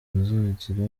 bazagira